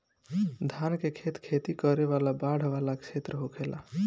धान के खेत खेती करे वाला बाढ़ वाला क्षेत्र होखेला